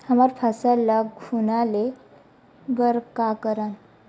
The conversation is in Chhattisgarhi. हमर फसल ल घुना ले बर का करन?